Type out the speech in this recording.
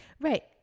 Right